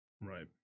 Right